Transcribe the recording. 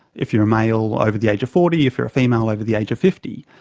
if you're a male over the age of forty, if you're a female over the age of fifty.